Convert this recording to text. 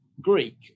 Greek